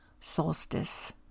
solstice